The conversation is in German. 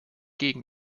gegen